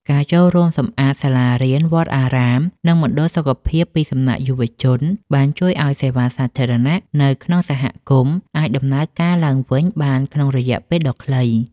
ការចូលរួមសម្អាតសាលារៀន វត្តអារាម និងមណ្ឌលសុខភាពពីសំណាក់យុវជន បានជួយឱ្យសេវាសាធារណៈនៅក្នុងសហគមន៍អាចដំណើរការឡើងវិញបានក្នុងរយៈពេលដ៏ខ្លី។